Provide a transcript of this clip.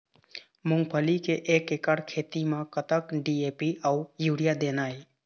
मूंगफली के एक एकड़ खेती म कतक डी.ए.पी अउ यूरिया देना ये?